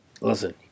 Listen